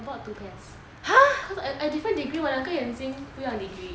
I bought two pairs cause I different degree [what] 我两个眼睛不一样 degree